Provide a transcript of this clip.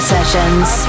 Sessions